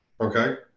okay